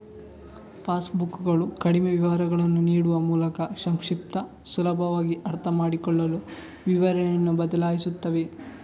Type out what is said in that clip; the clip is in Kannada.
ಪಾಸ್ ಬುಕ್ಕುಗಳು ಕಡಿಮೆ ವಿವರಗಳನ್ನು ನೀಡುವ ಮೂಲಕ ಸಂಕ್ಷಿಪ್ತ, ಸುಲಭವಾಗಿ ಅರ್ಥಮಾಡಿಕೊಳ್ಳಲು ವಿವರಣೆಯನ್ನು ಬದಲಾಯಿಸುತ್ತವೆ